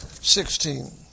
Sixteen